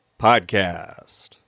Podcast